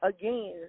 again